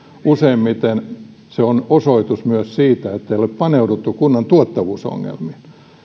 useimmiten se on osoitus myös siitä ettei ole paneuduttu kunnan tuottavuusongelmiin